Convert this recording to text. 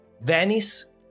Venice